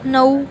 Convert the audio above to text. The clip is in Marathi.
नऊ